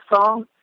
song